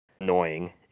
annoying